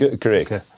Correct